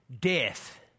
Death